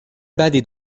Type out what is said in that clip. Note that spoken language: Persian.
بدی